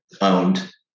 owned